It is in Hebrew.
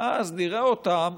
ואז נראה אותם,